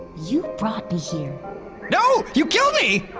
you brought me here no! you killed me!